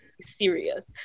serious